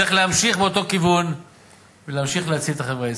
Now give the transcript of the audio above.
צריך להמשיך באותו כיוון ולהמשיך להציל את החברה הישראלית.